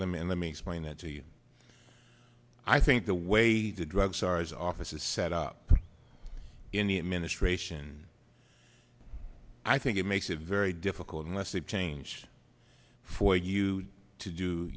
let me and let me explain that to you i think the way the drug czar's office is set up in the administration i think it makes it very difficult unless they've changed for you to do